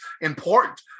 important